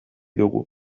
dugu